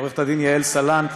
עו"ד יעל סלנט,